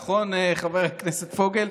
נכון, חבר כנסת פוגל?